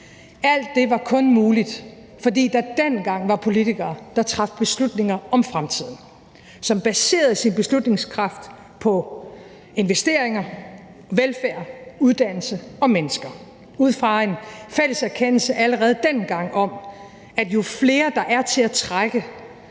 Alt det var kun muligt, fordi der dengang var politikere, der traf beslutninger om fremtiden, som baserede deres beslutningskraft på investeringer, velfærd, uddannelse og mennesker ud fra en fælles erkendelse allerede dengang om, at jo flere der er til at trække,